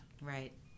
Right